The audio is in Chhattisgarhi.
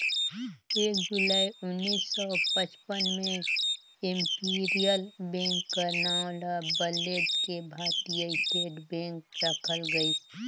एक जुलाई उन्नीस सौ पचपन में इम्पीरियल बेंक कर नांव ल बलेद के भारतीय स्टेट बेंक रखल गइस